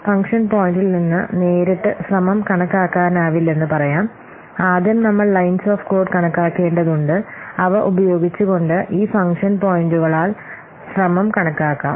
function പോയിന്റിൽ നിന്ന് നേരിട്ട് ശ്രമം കണക്കാക്കാനാവില്ലെന്ന് പറയാം ആദ്യം നമ്മൾ ലൈൻസ് ഓഫ് കോഡ് കണക്കാക്കേണ്ടതുണ്ട് അവ ഉപയോഗിച്ചുകൊണ്ട് ഈ ഫംഗ്ഷൻ പോയിന്റുകലാൽ ശ്രമം കണക്കാക്കാം